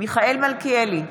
מיכאל מלכיאלי,